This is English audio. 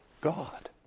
God